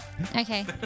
Okay